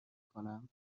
کنم